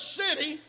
city